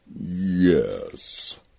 Yes